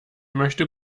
möchte